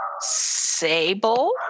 Sable